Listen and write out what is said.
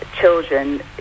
children